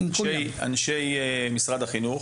אנשי משרד החינוך